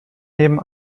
neben